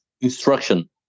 instruction